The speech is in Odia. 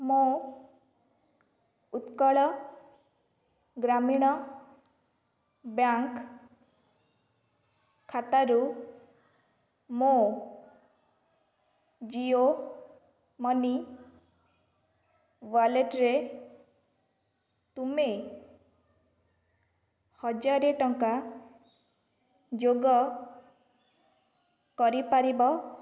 ମୋ ଉତ୍କଳ ଗ୍ରାମୀଣ ବ୍ୟାଙ୍କ୍ ଖାତାରୁ ମୋ ଜିଓ ମନି ୱାଲେଟ୍ରେ ତୁମେ ହଜାର ଟଙ୍କା ଯୋଗ କରିପାରିବ